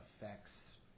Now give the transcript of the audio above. affects